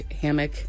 hammock